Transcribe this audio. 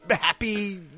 happy